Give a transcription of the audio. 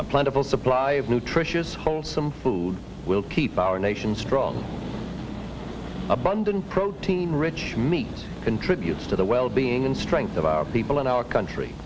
a plentiful supply of nutritious wholesome food will keep our nation strong abundant protein rich meat contributes to the wellbeing and strength of our people and our country